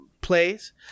plays